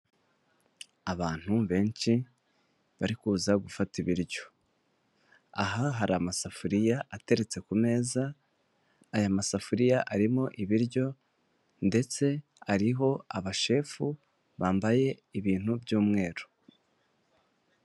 Abantu benshi bari kuza gufata ibiryo. Aha hari amasafuriya ateretse ku meza, aya masafuriya arimo ibiryo, ndetse ariho abashefu bambaye ibintu by'umweru.